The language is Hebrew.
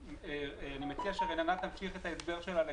אני מציע שרננה תמשיך את ההסבר שלה.